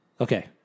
Okay